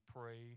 pray